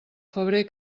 febrer